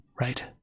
Right